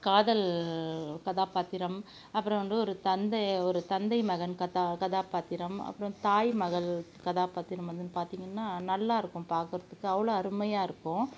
காதல் கதாபாத்திரம் அப்புறம் வந்து ஒரு தந்தை ஒரு தந்தை மகன் கதா கதாபாத்திரம் அப்புறம் தாய் மகள் கதாபாத்திரம் வந்து பார்த்திங்கன்னா நல்லாயிருக்கும் பார்க்கறத்துக்கு அவ்வளோ அருமையாக இருக்கும்